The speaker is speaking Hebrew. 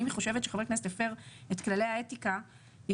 אם היא חושבת שחבר כנסת הפר את כללי האתיקה היא